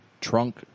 Trunk